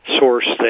source